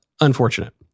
unfortunate